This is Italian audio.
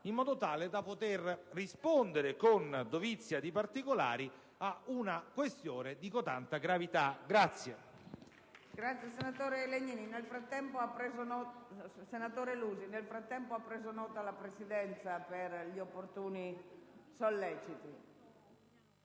in modo tale da poter rispondere con dovizia di particolari a una questione di cotale gravità.